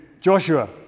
Joshua